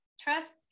trust